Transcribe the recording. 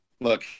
look